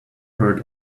heard